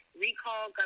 recall